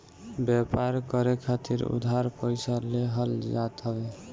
व्यापार करे खातिर उधार पईसा लेहल जात हवे